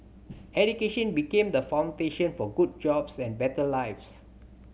education became the foundation for good jobs and better lives